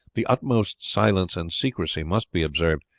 the utmost silence and secrecy must be observed,